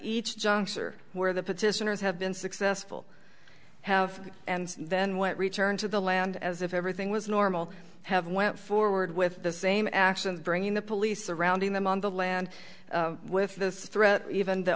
each juncture where the petitioners have been successful have and then went return to the land as if everything was normal have went forward with the same actions bringing the police surrounding them on the land with this threat even the